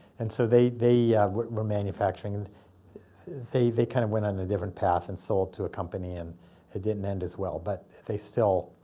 and so they they were manufacturing. and they they kind of went on a different path and sold to a company. and it didn't end as well. but still